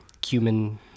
cumin